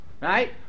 Right